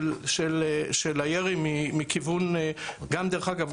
של הירי גם מכיוון צפון,